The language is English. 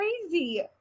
crazy